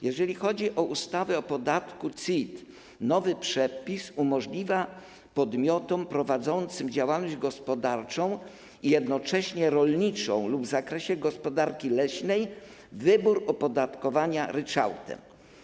Jeżeli chodzi o ustawę o podatku CIT, nowy przepis umożliwia podmiotom prowadzącym działalność gospodarczą i jednocześnie działalność rolniczą lub działalność w zakresie gospodarki leśnej wybór opodatkowania ryczałtem.